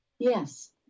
Yes